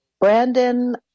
Brandon